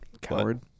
Coward